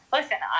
Listen